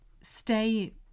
Stay